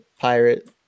pirate